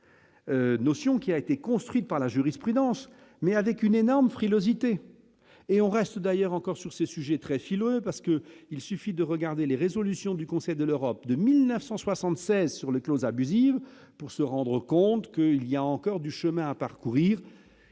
notion qui a été construite par la jurisprudence, mais avec une énorme frilosité et on reste d'ailleurs encore sur ces sujets très philosophe parce que il suffit de regarder les résolutions du Conseil de l'Europe de 1976 sur les clauses abusives pour se rendre compte que il y a encore du chemin à parcourir,